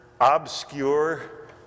obscure